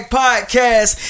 podcast